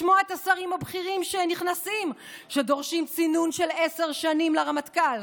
לשמוע את השרים הבכירים שנכנסים דורשים צינון של עשר שנים לרמטכ"ל,